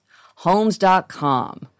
Homes.com